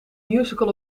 musical